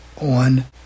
on